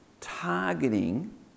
targeting